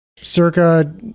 circa